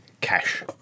cash